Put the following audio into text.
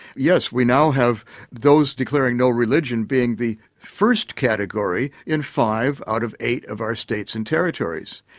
yes we now have those declaring no religion being the first category in five out of eight of our states and territories.